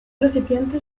recipiente